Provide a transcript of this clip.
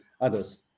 others